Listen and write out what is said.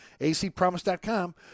ACpromise.com